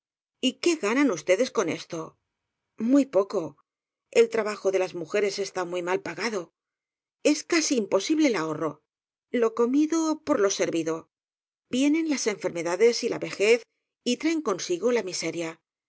cho y qué ganan ustedes con esto muy poco el trabajo de las mujeres está muy mal pagado es casi imposible el ahorro lo comido por lo servido vienen las enfermedades y la vejez y traen consigo la miseria